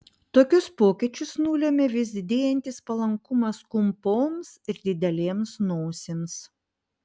tokius pokyčius nulėmė vis didėjantis palankumas kumpoms ir didelėms nosims